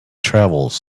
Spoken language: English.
travels